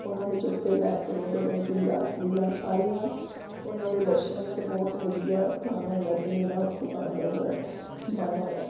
ਉਹਨਾਂ ਦੇ ਛੋਟੇ ਲੈ ਕੇ ਵੱਡੇ ਰਾਸ ਲੀਲਾ ਸਾਰੀਆਂ ਉਹਨਾਂ ਦੇ ਦਰਸ਼ਨ ਅਤੇ ਬਹੁਤ ਵਧੀਆ ਸਥਾਨ ਹੈਗਾ ਅਤੇ ਮੇਰਾ ਉੱਥੇ ਜਾਣ ਦਾ ਬਹੁਤ ਮਨ ਹੈਗਾ